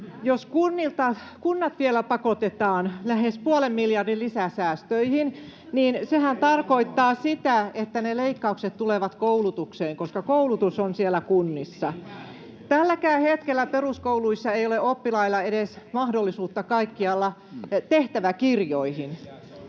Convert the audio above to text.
Jos kunnat vielä pakotetaan lähes puolen miljardin lisäsäästöihin, niin sehän tarkoittaa sitä, että ne leikkaukset tulevat koulutukseen, koska koulutus on kunnissa. Tälläkään hetkellä peruskouluissa ei kaikkialla ole oppilailla edes mahdollisuutta tehtäväkirjoihin.